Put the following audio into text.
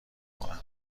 کنم